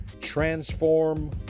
transform